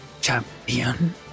champion